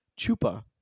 Chupa